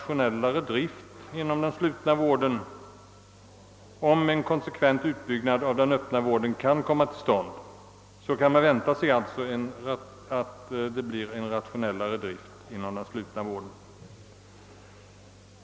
Om en konsekvent utbyggnad av den öppna vården kan komma till stånd, kan man också vänta sig en mera rationell drift inom den slutna vården.